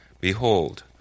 behold